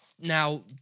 Now